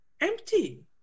Empty